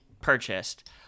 purchased